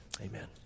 Amen